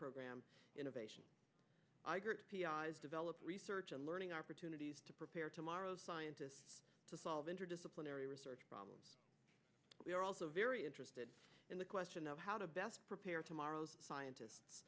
program innovation develop research and learning opportunities to prepare tomorrow's scientists to solve interdisciplinary research problem we are also very interested in the question of how to best prepare tomorrow's scientist